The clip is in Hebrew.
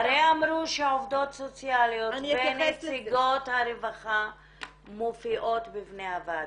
הרי אמרו שהעובדות סוציאליות ונציגות הרווחה מופיעות בפני הוועדה.